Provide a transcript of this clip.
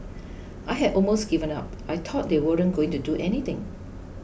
I had almost given up I thought they weren't going to do anything